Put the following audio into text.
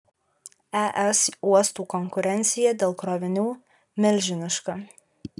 es uostų konkurencija dėl krovinių milžiniška